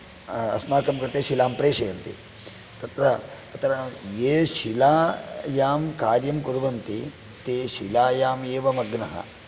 अस्माकं कृते शिलां प्रेषयन्ति तत्र तत्र ये शिलायां कार्यं कुर्वन्ति ते शिलायां एव मग्नः